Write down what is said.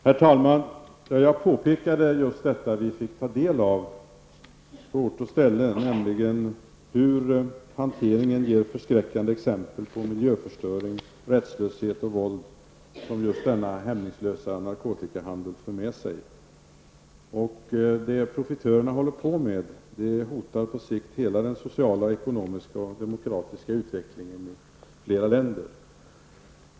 Herr talman! Jag påpekade tidigare det vi fick ta del av på ort och ställe, nämligen hur narkotikahanteringen ger förskräckande exempel på miljöförstöring, rättslöshet och våld. Detta är något som just denna hämningslösa narkotikahandel för med sig. Det profiterörerna håller på med hotar på sikt hela den sociala, ekonomiska och demokratiska utvecklingen i flera länder.